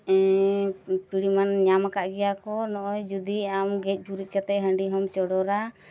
ᱯᱤᱲᱦᱤᱢᱟᱱ ᱧᱟᱢ ᱟᱠᱟᱫ ᱜᱮᱭᱟ ᱠᱚ ᱱᱚᱜᱼᱚᱭ ᱡᱩᱫᱤ ᱟᱢ ᱜᱮᱡ ᱜᱩᱨᱤᱡ ᱠᱟᱛᱮᱫ ᱦᱟᱺᱰᱤ ᱦᱚᱸᱢ ᱪᱚᱰᱚᱨᱟ